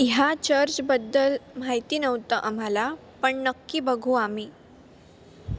ह्या चर्चबद्दल माहिती नव्हतं आम्हाला पण नक्की बघू आम्ही